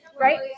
right